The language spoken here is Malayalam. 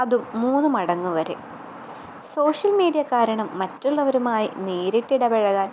അതും മൂന്ന് മടങ്ങ് വരെ സോഷ്യൽ മീഡ്യ കാരണം മറ്റുള്ളവരുമായി നേരിട്ട് ഇടപെഴകാൻ